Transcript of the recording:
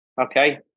Okay